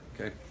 okay